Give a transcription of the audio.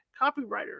copywriter